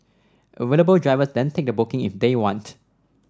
available drivers then take the booking if they want